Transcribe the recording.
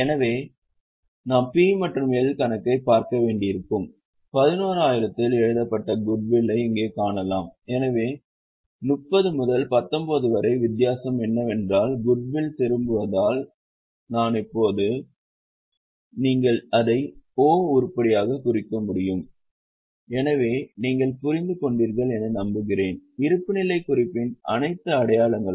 எனவே நாம் P மற்றும் L கணக்கில் பார்க்க வேண்டியிருக்கும் 11000 இல் எழுதப்பட்ட குட்வில்லை இங்கே காணலாம் எனவே 30 முதல் 19 வரை வித்தியாசம் என்னவென்றால் குட்வில் திரும்புவதால் தான் இப்போது நீங்கள் அதை o உருப்படியாகக் குறிக்க முடியும் எனவே நீங்கள் புரிந்து கொண்டீர்கள் என்று நம்புகிறேன் இருப்புநிலைக் குறிப்பின் அனைத்து அடையாளங்களும்